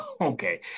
Okay